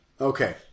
Okay